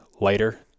lighter